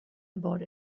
about